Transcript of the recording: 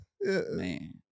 Man